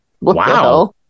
Wow